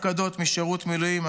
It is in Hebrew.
הפקדות משרת מילואים),